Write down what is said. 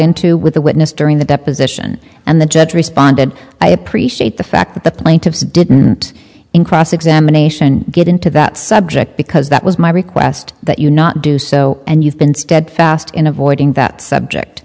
into with the witness during the deposition and the judge responded i appreciate the fact that the plaintiffs didn't in cross examination get into that subject because that was my request that you not do so and you've been steadfast in avoiding that subject